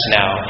now